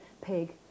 pig